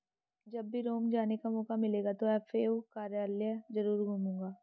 जब भी रोम जाने का मौका मिलेगा तो एफ.ए.ओ कार्यालय जरूर घूमूंगा